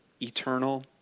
Eternal